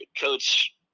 Coach